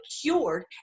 cured